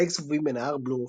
דיג זבובים בנהר בלו,